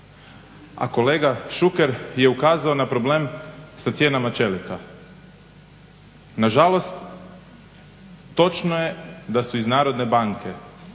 A kolega Šuker je ukazao na problem sa cijenama čelika. Nažalost točno je da su iz Narodne banke